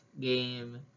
game